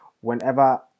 whenever